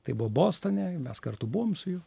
tai buvo bostone mes kartu buvom su juo